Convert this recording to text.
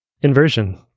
inversion